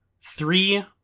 three